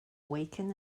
awaken